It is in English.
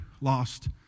lost